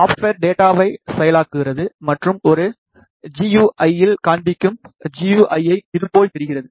software டேட்டாவை செயலாக்குகிறது மற்றும் ஒரு ஜி யு ஐ இல் காண்பிக்கும் ஜி யு ஐ இது போல் தெரிகிறது